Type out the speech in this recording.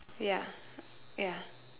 ya ya